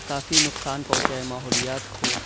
کافی نقصان پہنچا ہے ماحولیات کو